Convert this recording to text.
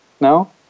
No